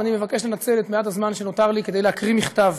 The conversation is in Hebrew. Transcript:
אבל אני מבקש לנצל את מעט הזמן שנותר לי כדי להקריא מכתב